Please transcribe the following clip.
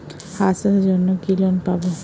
হাঁস চাষের জন্য কি লোন পাব?